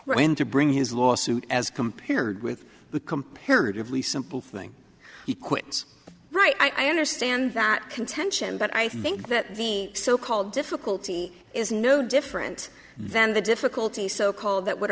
going to bring his lawsuit as compared with the comparatively simple thing he quits right i understand that contention but i think that the so called difficulty is no different than the difficulty so called that w